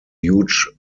huge